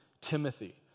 Timothy